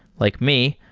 like me,